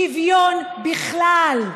שוויון בכלל,